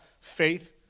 faith